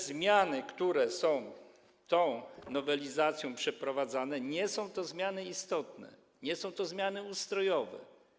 Zmiany, które są tą nowelizacją wprowadzane, nie są to zmiany istotne, nie są to zmiany ustrojowe.